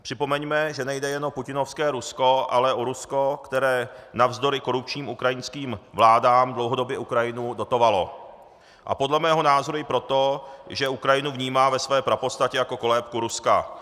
Připomeňme, že nejde jenom o putinovské Rusko, ale o Rusko, které navzdory korupčním ukrajinským vládám dlouhodobě Ukrajinu dotovalo, a podle mého názoru i proto, že Ukrajinu vnímá ve své prapodstatě jako kolébku Ruska.